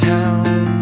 town